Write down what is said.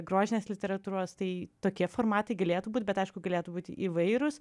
grožinės literatūros tai tokie formatai galėtų būt bet aišku galėtų būti įvairūs